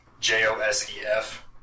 J-O-S-E-F